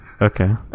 Okay